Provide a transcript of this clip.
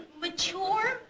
mature